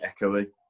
echoey